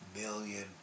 million